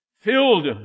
filled